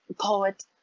poet